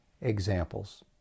examples